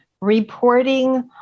reporting